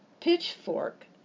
Pitchfork